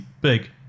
big